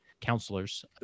counselors